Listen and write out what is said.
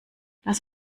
lass